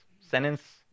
sentence